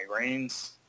migraines